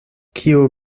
kiu